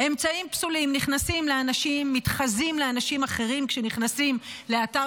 אמצעים פסולים: מתחזים לאנשים אחרים כשנכנסים לאתר